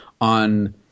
on